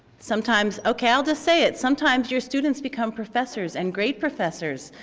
sometimes, ok, i'll just say it. sometimes your students become professors and great professors.